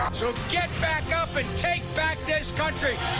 so get back up and take back this country!